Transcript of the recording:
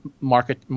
market